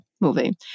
movie